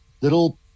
little